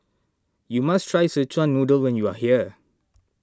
you must try Sechuan Noodle when you are here